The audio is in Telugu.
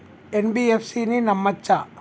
ఎన్.బి.ఎఫ్.సి ని నమ్మచ్చా?